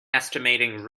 estimating